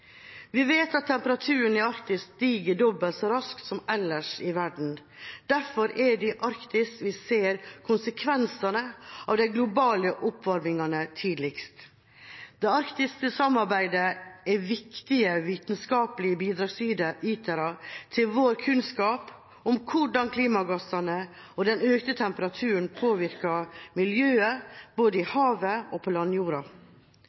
Vi vet at temperaturen i Arktis stiger dobbelt så raskt som ellers i verden. Derfor er det i Arktis vi tidligst ser konsekvensene av den globale oppvarmingen. Det arktiske samarbeidet er viktige vitenskapelige bidragsytere til vår kunnskap om hvordan klimagassene og den økte temperaturen påvirker miljøet, både i havet og på